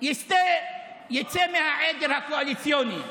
יצא מהעדר הקואליציוני,